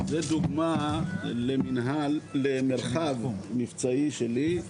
זו דוגמה למרחב מבצעי שלי,